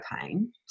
pain